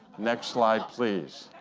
next slide, please.